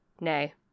nay